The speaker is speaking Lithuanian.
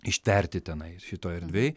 ištverti tenai šitoj erdvėj